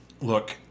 Look